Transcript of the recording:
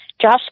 Josh